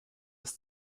des